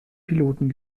piloten